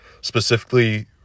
specifically